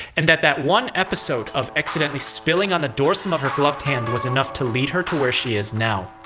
and that the one episode of accidentally spilling on the dorsum of her gloved hand was enough to lead her to where she is now.